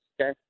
okay